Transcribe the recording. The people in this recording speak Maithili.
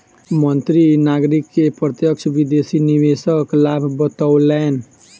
मंत्री नागरिक के प्रत्यक्ष विदेशी निवेशक लाभ बतौलैन